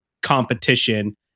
competition